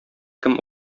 кем